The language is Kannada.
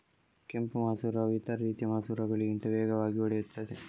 ಕೆಂಪು ಮಸೂರವು ಇತರ ರೀತಿಯ ಮಸೂರಗಳಿಗಿಂತ ವೇಗವಾಗಿ ಒಡೆಯುತ್ತದೆ